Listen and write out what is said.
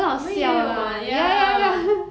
我们也有玩 ya